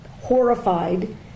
horrified